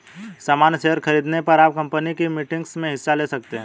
सामन्य शेयर खरीदने पर आप कम्पनी की मीटिंग्स में हिस्सा ले सकते हैं